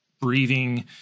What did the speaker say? breathing